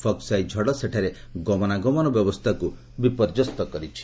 ଫକ୍ସାଇ ଝଡ଼ ସେଠାରେ ଗମନାଗମନ ବ୍ୟବସ୍ଥାକୁ ବିପର୍ଯ୍ୟସ୍ତ କରିଛି